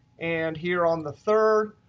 and here on the third,